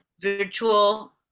virtual